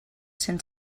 cent